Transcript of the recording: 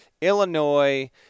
Illinois